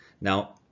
Now